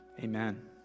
amen